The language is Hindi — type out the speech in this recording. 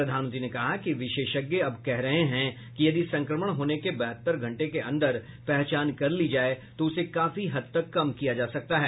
प्रधानमंत्री ने कहा कि विशेषज्ञ अब कह रहे हैं कि यदि संक्रमण होने के बहत्तर घंटे के अन्दर पहचान कर ली जाए तो उसे काफी हद तक कम किया जा सकता है